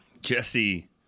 Jesse